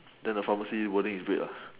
then the pharmacy wording is red lah